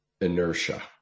inertia